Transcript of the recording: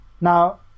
now